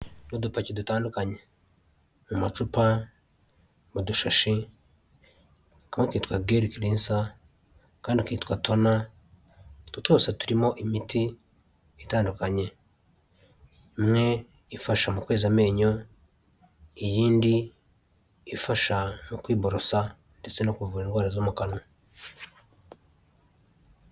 Ni udupaki dutandukanye mu macupa mudushashi kamwe kitwa gel clincer akandi kitwa tuna utu twose imiti itandukanye imwe ifasha mu kweza amenyo iyindi ifasha mu kwiborosa ndetse no kuvura indwara zo mu kanwa.